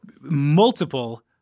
multiple